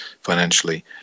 financially